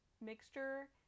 mixture